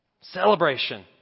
Celebration